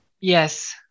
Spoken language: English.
yes